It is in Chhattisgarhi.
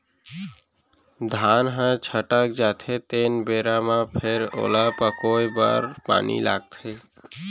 धान ह छटक जाथे तेन बेरा म फेर ओला पकोए बर पानी लागथे